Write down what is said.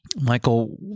Michael